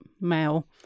male